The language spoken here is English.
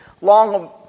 long